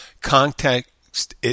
Context